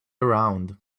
around